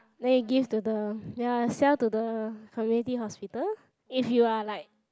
then you give to the ya sell to the community hospital if you are like